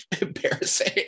embarrassing